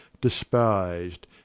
despised